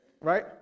right